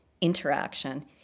interaction